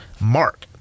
mark